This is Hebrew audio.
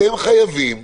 אתם חייבים